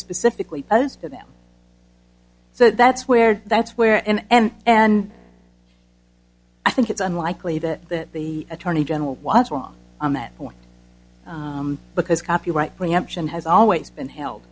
specifically posed for them so that's where that's where and and i think it's unlikely that the attorney general was wrong on that point because copyright preemption has always been held